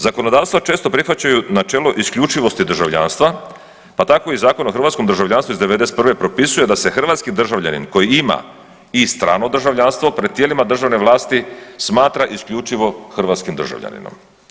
Zakonodavstva česta prihvaćaju načelo isključivosti državljanstva, pa tako i Zakon o hrvatskom državljanstvu iz '91. propisuje da se hrvatski državljanin koji ima i strano državljanstvo pred tijelima državne vlasti smatra isključivo hrvatskih državljaninom.